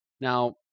Now